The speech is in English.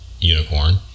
unicorn